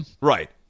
right